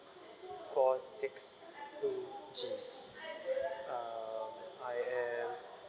four six two G uh I am